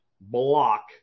block